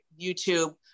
YouTube